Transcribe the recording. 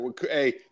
Hey